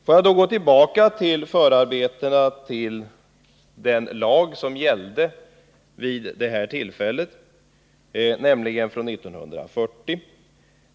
Jag vill då gå tillbaka till förarbetena till den aktuella lagen som är från 1940.